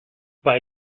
bei